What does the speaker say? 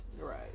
Right